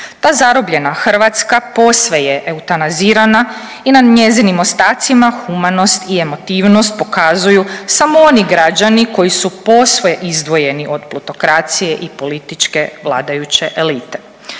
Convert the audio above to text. Ta zarobljena Hrvatska posve je eutanazirana i na njezinim ostacima humanost i emotivnost pokazuju samo oni građani koji su posve izdvojeni od plutokracije i političke vladajuće elite.